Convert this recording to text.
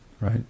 right